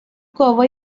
گاوا